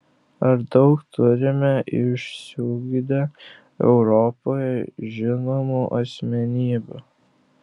ar daug turime išsiugdę europoje žinomų asmenybių